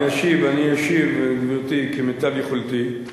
אני אשיב, גברתי, כמיטב יכולתי.